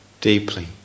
deeply